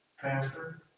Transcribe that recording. Pastor